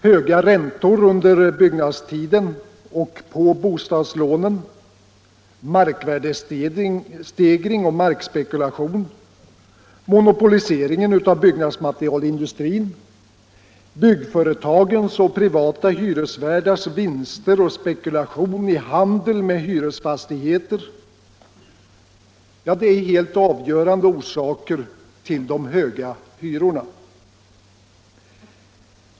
Höga räntor under byggnadstiden och på bostadslånen, markvärdestegring och markspekulation, monopoliseringen av byggnadsmaterialindustrin, byggföretagens och privata hyresvärdars vinster och spekulation i handel med hyresfastigheter är helt avgörande orsaker till de höga hyrorna.